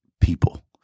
People